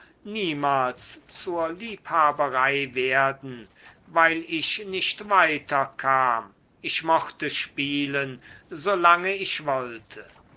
niemals zur liebhaberei werden weil ich nicht weiter kam ich mochte spielen so lange ich wollte